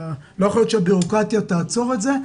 לא יכול להיות שהבירוקרטיה תעצור את זה.